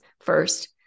first